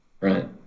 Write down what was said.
Right